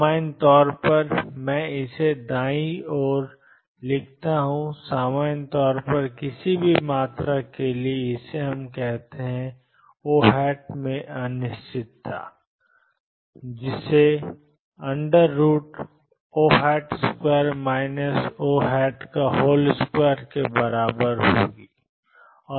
सामान्य तौर पर और मैं इसे दायीं ओर लिखता हूं सामान्य तौर पर किसी भी मात्रा के लिए हम इसे ओ कहते हैं या O में अनिश्चितता ⟨O2⟩ ⟨O⟩2 के बराबर होगी